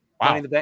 Wow